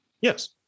yes